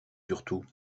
surtout